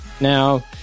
Now